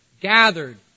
gathered